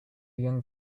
young